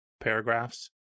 paragraphs